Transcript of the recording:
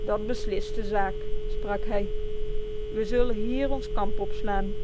dat beslist de zaak sprak hij wij zullen hier ons kamp opslaan